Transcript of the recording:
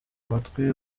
amatwi